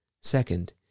Second